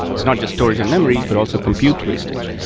it's not just storage and memory, but also compute wastage.